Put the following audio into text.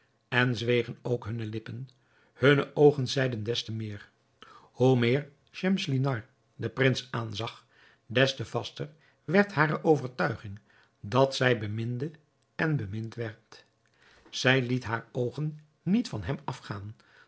en zwegen ook hunne lippen hunne oogen zeiden des te meer hoe meer schemselnihar den prins aanzag des te vaster werd hare overtuiging dat zij beminde en bemind werd zij liet hare oogen niet van hem af